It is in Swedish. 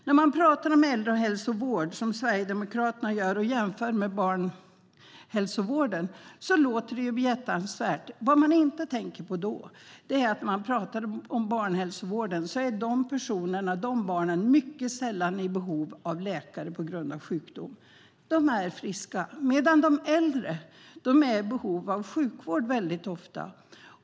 När man talar om äldrehälsovård som Sverigedemokraterna gör och jämför med barnhälsovården låter det behjärtansvärt. Vad man då inte tänker på när man talar om barnhälsovården är att barnen mycket sällan är i behov av läkare på grund av sjukdom. De är friska. De äldre är i behov av sjukvård väldigt ofta.